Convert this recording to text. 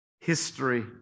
history